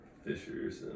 Fishers